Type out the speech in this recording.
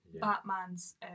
Batman's